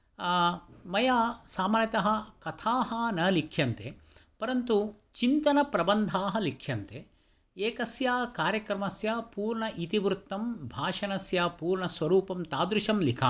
मया सामान्यतः कथाः न लिख्यन्ते परन्तु चिन्तनप्रबन्धाः लिख्यन्ते एकस्य कार्यक्रमस्य पूर्ण इतिवृत्तं भाषाणस्य पूर्णस्वरूपं तादृशं लिखामि